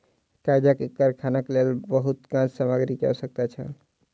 कागज के कारखानाक लेल बहुत काँच सामग्री के आवश्यकता छल